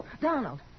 Donald